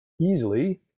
easily